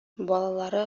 балалары